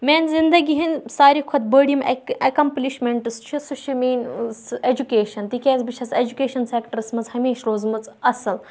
میانہِ زِندگی ہٕندۍ ساروی کھۄتہٕ بٔڑۍ یِم اؠکَمپلِشمیٚنٹٕس چھِ سُہ چھِ میٲنۍ سُہ اؠجُکیشَن تِکیازِ بہٕ چھس اؠجُکیشَن سؠکٹَرَس منز ہمیشہٕ روٗزمٕژ اَصل